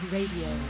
Radio